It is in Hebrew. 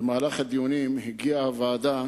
במהלך הדיונים הגיעה הוועדה